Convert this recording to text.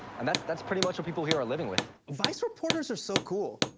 and that's, that's pretty much what people here are living with. vice reporters are so cool.